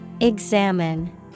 Examine